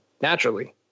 naturally